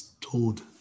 told